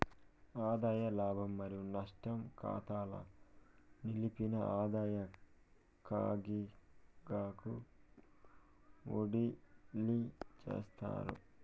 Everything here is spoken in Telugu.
ఆదాయ లాభం మరియు నష్టం కాతాల నిలిపిన ఆదాయ కారిగాకు ఓడిలీ చేస్తారు